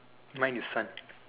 mine is sun